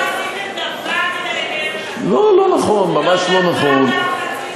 לא עשיתם דבר, לא, לא נכון, ממש לא נכון.